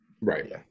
Right